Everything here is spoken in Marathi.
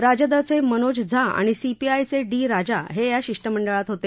राजदचे मनोज झा आणि सीपीआयचे डी राजा हे या शिष्टमंडळात होते